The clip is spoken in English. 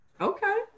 Okay